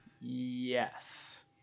yes